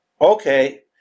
Okay